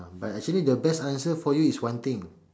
but actually the best answer for you is one thing